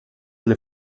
alle